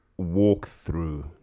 walkthrough